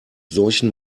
solchen